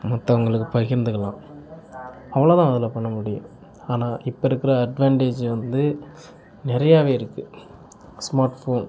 மற்றவங்களுக்கு பகிர்ந்துக்கலாம் அவ்வளதான் அதில் பண்ணமுடியும் ஆனால் இப்போ இருக்கிற அட்வான்டேஜ் வந்து நிறையாவே இருக்குது ஸ்மார்ட்ஃபோன்